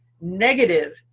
negative